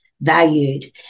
valued